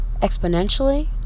exponentially